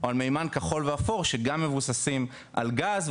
או על מימן כחול ואפור שגם מבוססים על גז,